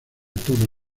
todo